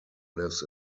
lives